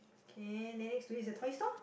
okay then next to it is the toy store